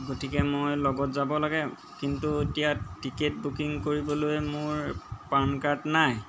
গতিকে মই লগত যাব লাগে কিন্তু এতিয়া টিকেট বুকিং কৰিবলৈ মোৰ পান কাৰ্ড নাই